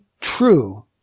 true